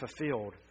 fulfilled